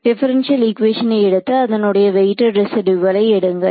differential ஈக்குவேஷனை எடுத்து அதனுடைய வெயிடட் ரெசிடியூவள் எடுங்கள்